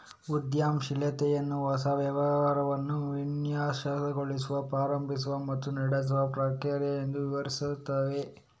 ಉದ್ಯಮಶೀಲತೆಯನ್ನು ಹೊಸ ವ್ಯವಹಾರವನ್ನು ವಿನ್ಯಾಸಗೊಳಿಸುವ, ಪ್ರಾರಂಭಿಸುವ ಮತ್ತು ನಡೆಸುವ ಪ್ರಕ್ರಿಯೆ ಎಂದು ವಿವರಿಸುತ್ತವೆ